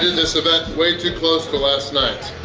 this event way too close to last nights!